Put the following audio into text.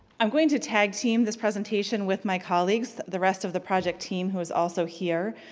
i'm going to tag-team this presentation with my colleagues, the rest of the project team who is also here,